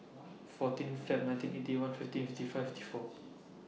fourteen Feb nineteen Eighty One fifteen fifty five fifty four